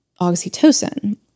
oxytocin